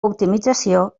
optimització